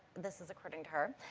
this is according to her,